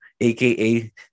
aka